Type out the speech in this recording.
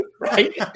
right